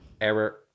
error